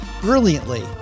brilliantly